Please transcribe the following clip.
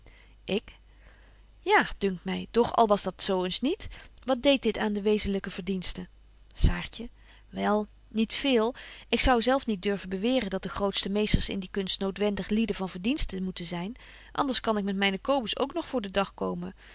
ik ja dunkt my doch al was dat zo eens niet wat deedt dit aan de wezenlyke verdiensten saartje wel niet veel ik zou zelf niet durven beweren dat de grootste meesters in die kunst noodwendig lieden van verdiensten moeten zyn anders kan ik met myn kobus ook nog voor den dag komen